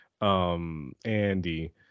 Andy